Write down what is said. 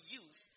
use